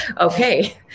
Okay